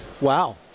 wow